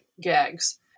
gags